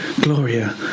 Gloria